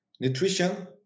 nutrition